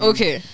Okay